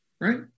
right